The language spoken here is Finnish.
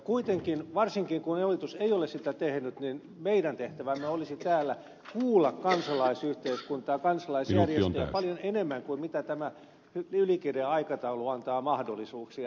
kuitenkin varsinkin kun hallitus ei ole sitä tehnyt meidän tehtävämme olisi täällä kuulla kansalaisyhteiskuntaa ja kansalaisjärjestöjä paljon enemmän kuin tämä ylikireä aikataulu antaa mahdollisuuksia